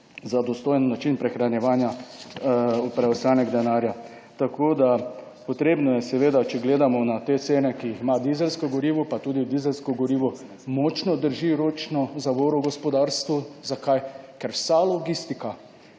za dostojen način prehranjevanja preostanek denarja. Tako da, potrebno je seveda, če gledamo na te cene, ki jih ima dizelsko gorivo, pa tudi dizelsko gorivo močno drži ročno zavoro gospodarstvu. Zakaj? Ker vsa logistika